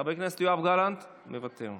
חבר הכנסת יואב גלנט, מוותר,